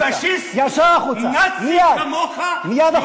אל מול פאשיסט, ישר החוצה, מייד.